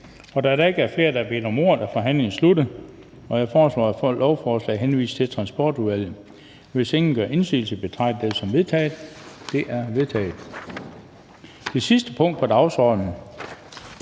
Da der ikke er flere, der har bedt om ordet, er forhandlingen sluttet. Jeg foreslår, at lovforslaget henvises til Transportudvalget. Hvis ingen gør indsigelse, betragter jeg det som vedtaget. Det er vedtaget. --- Det sidste punkt på dagsordenen